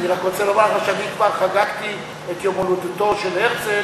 אני רק רוצה לומר שאני כבר חגגתי את יום הולדתו של הרצל,